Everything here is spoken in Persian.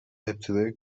ابتدای